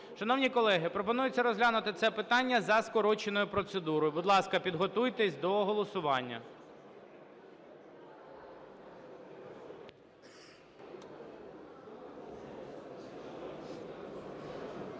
Шановні колеги, пропонується розглянути це питання за скороченою процедурою. Будь ласка, підготуйтесь до голосування.